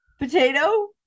potato